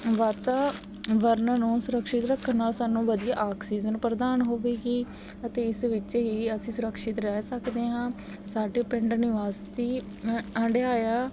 ਵਾਤਾਵਰਨ ਨੂੰ ਸੁਰਕਸ਼ਿਤ ਰੱਖਣ ਨਾਲ ਸਾਨੂੰ ਵਧੀਆ ਆਕਸੀਜਨ ਪ੍ਰਦਾਨ ਹੋਵੇਗੀ ਅਤੇ ਇਸ ਵਿੱਚ ਹੀ ਅਸੀਂ ਸੁਰਕਸ਼ਿਤ ਰਹਿ ਸਕਦੇ ਹਾਂ ਸਾਡੇ ਪਿੰਡ ਨਿਵਾਸੀ ਅ ਹੰਡਿਆਇਆ